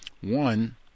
One